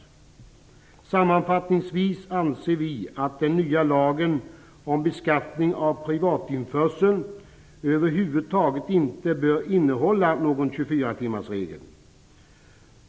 Sammanfattningsvis anser vi att den nya lagen om beskattning av privatinförsel över huvud taget inte bör innehålla någon 24-timmarsregel.